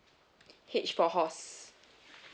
h for horse